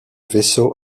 vaisseau